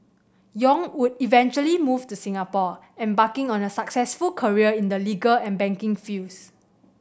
Yong would eventually move to Singapore embarking on a successful career in the legal and banking fields